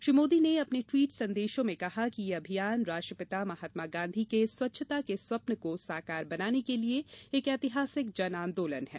श्री मोदी ने अपने टवीट संदेशों में कहा कि यह अभियान राष्ट्रपिता महात्मा गॉधी के स्वच्छता के स्वप्न को साकार बनाने के लिए एक ऐतिहासिक जन आंदोलन है